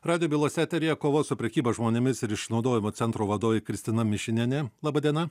radijo bylos eteryje kovos su prekyba žmonėmis ir išnaudojimu centro vadovė kristina mišinienė laba diena